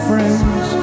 Friends